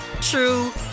true